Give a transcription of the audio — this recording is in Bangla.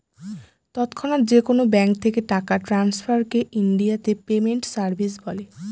তৎক্ষণাৎ যেকোনো ব্যাঙ্ক থেকে টাকা ট্রান্সফারকে ইনডিয়াতে পেমেন্ট সার্ভিস বলে